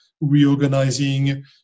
reorganizing